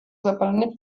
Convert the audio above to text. zapalenie